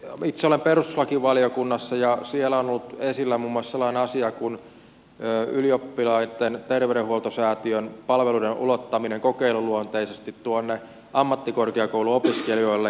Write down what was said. itse olen perustuslakivaliokunnassa ja siellä on ollut esillä muun muassa sellainen asia kuin ylioppilaiden terveydenhoitosäätiön palveluiden ulottaminen kokeiluluonteisesti ammattikorkeakouluopiskelijoille